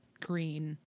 green